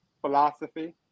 philosophy